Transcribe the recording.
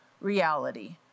reality